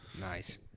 Nice